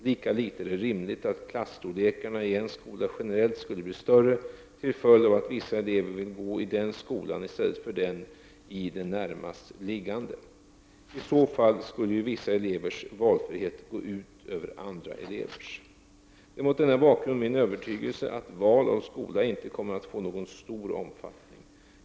Lika litet är det rimligt att klasstorlekarna i en skola generellt skulle bli större till följd av att vissa elever vill gå i den skolan i stället för i den närmast liggande. I så fall skulle ju vissa elevers valfrihet gå ut över andra elevers. Det är mot denna bakgrund min övertygelse att val av skola inte kommer att få någon stor omfattning.